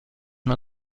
una